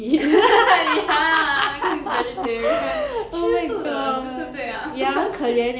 ya cause he's vegetarian 吃素的人就是这样